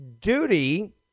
duty